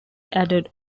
added